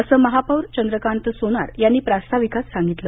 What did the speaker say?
असं महापौर चंद्रकांत सोनार यांनी प्रास्ताविकात सांगितलं